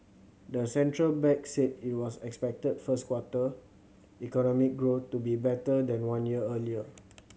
the central bank said it was expected first quarter economic growth to be better than one year earlier